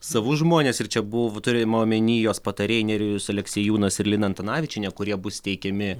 savus žmones ir čia buvo turima omeny jos patarėjai nerijus aleksiejūnas ir lina antanavičienė kurie bus teikiami